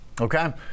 Okay